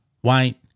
white